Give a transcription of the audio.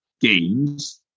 Games